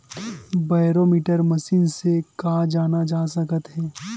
Barometer machine से का जाना जा सकत हे?